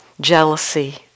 jealousy